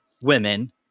women